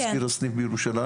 מזכיר הסניף בירושלים,